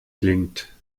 klingt